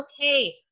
okay